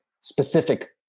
specific